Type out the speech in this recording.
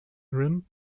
rim